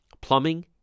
Plumbing